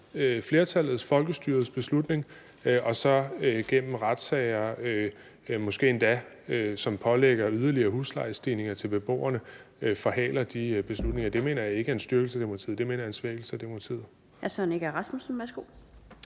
flertallets, folkestyrets, beslutning og så igennem retssager – som måske endda pålægger yderligere huslejestigninger til beboerne – forhaler de beslutninger, så mener jeg ikke, det er en styrkelse af demokratiet. Det mener jeg er en svækkelse af demokratiet.